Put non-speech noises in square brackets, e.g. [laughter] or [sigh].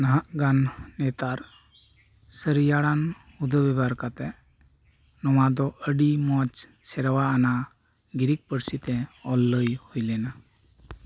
ᱱᱟᱦᱟᱜ ᱜᱟᱱ ᱱᱮᱛᱟᱨ ᱥᱟᱹᱨᱤ ᱟᱲᱟᱝ ᱩᱫᱳᱣ [unintelligible] ᱵᱮᱵᱷᱟᱨ ᱠᱟᱛᱮᱜ ᱱᱚᱣᱟ ᱫᱚ ᱟᱹᱰᱤ ᱢᱚᱡᱽ ᱥᱮᱨᱣᱟᱱᱟᱜ ᱜᱤᱨᱤᱛ ᱯᱟᱹᱨᱥᱤ ᱛᱮ ᱚᱞ ᱞᱟᱹᱭ ᱦᱩᱭ ᱞᱮᱱᱟ